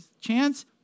Chance